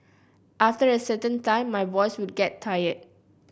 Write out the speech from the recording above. after a certain time my voice would get tired